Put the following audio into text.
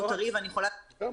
חזר על עצמו גם